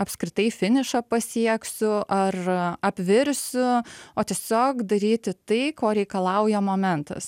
apskritai finišą pasieksiu ar apvirsiu o tiesiog daryti tai ko reikalauja momentas